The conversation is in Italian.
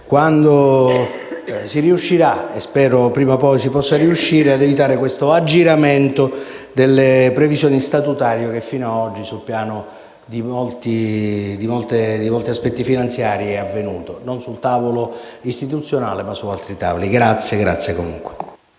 quando si riuscirà - spero prima o poi - ad evitare questo aggiramento delle previsioni statutarie, che fino ad oggi, sul piano di molti aspetti finanziari, è avvenuto, non sul tavolo istituzionale ma su altri tavoli.